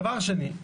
דבר שני,